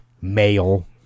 male